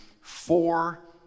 four